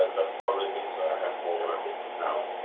that probably means i have more now.